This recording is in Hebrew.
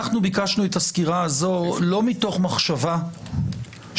אנחנו ביקשנו את הסקירה הזאת לא מתוך מחשבה שהמצב